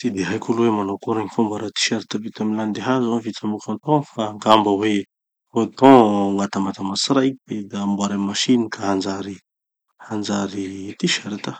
Tsy de haiko aloha hoe manao akory gny famboara t-shirt vita amy landihazo vita amy coton fa angamba hoe coton gn'atambatambatsy raiky. Da amboary amy masiny ka hanjary hanjary t-shirt.